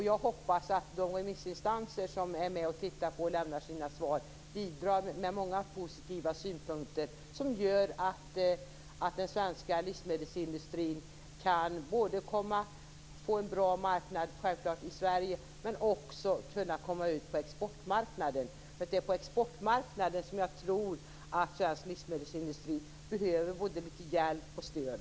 Jag hoppas att de remissinstanser som skall lämna svar på utredningen bidrar med många positiva synpunkter som gör att den svenska livsmedelsindustrin kan få en bra marknad i Sverige men också kunna komma ut på exportmarknaden, eftersom det är på exportmarknaden som jag tror att svensk livsmedelsindustri behöver både litet hjälp och stöd.